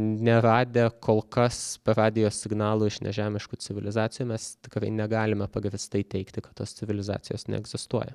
neradę kol kas per radijo signalų iš nežemiškų civilizacijų mes tikrai negalime pagrįstai teigti kad tos civilizacijos neegzistuoja